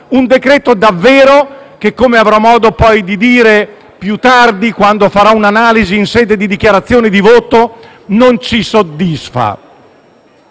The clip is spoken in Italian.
Un provvedimento che, come avrò modo di dire più tardi quando farò un'analisi in sede di dichiarazione di voto, non ci soddisfa.